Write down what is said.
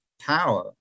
power